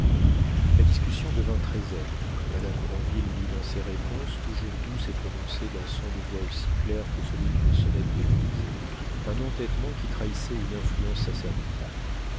la discussion devint très aigre madame granville mit dans ses réponses toujours douces et prononcées d'un son de voix aussi clair que celui d'une sonnette d'église un entêtement qui trahissait une influence sacerdotale